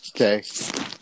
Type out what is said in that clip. Okay